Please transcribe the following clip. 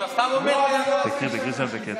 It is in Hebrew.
אתה סתם עומד ליד, זה אסור.